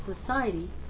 society